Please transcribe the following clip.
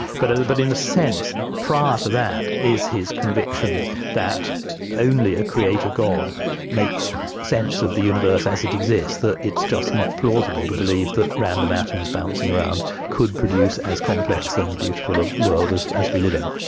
but but in a sense, prior to that, is his conviction that only a creator god makes sense of the universe as it exists, that it's just not plausible to believe that random atoms bouncing around could produce as complex and beautiful a world as as we live in.